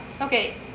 Okay